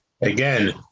Again